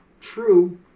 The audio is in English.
true